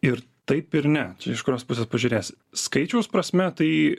ir taip ir ne čia iš kurios pusės pažiūrėsi skaičiaus prasme tai